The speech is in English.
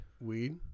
Weed